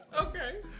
Okay